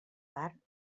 part